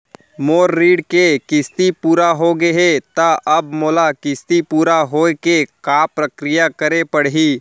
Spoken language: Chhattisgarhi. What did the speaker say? मोर ऋण के किस्ती पूरा होगे हे ता अब मोला किस्ती पूरा होए के का प्रक्रिया करे पड़ही?